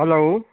hello